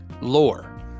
lore